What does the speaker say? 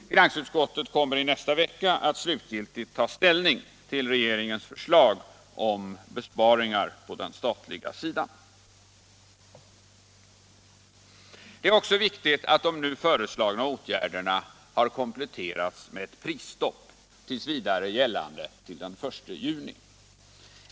Finansutskottet kommer i nästa vecka att slutgiltigt ta ställning till regeringens förslag om besparingar på den statliga sidan. Det är också viktigt att de nu föreslagna åtgärderna har kompletterats med ett prisstopp, t. v. gällande till den 1 juni.